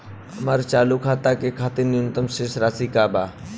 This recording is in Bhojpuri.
हमार चालू खाता के खातिर न्यूनतम शेष राशि का बा?